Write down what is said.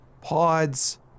Pods